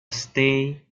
stay